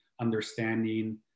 understanding